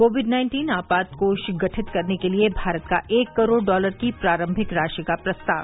Covid nineteen आपात कोष गठित करने के लिए भारत का एक करोड़ डॉलर की प्रारम्भिक राशि का प्रस्ताव